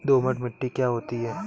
दोमट मिट्टी क्या होती हैं?